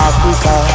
Africa